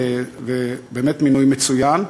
באמת מינוי מצוין.